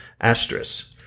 asterisk